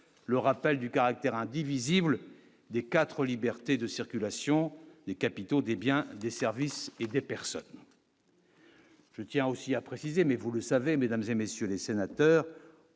le rappel du caractère indivisible des 4 libertés de circulation des capitaux, des biens, des services et des personnes. Je tiens aussi à préciser, mais vous le savez, mesdames et messieurs les sénateurs,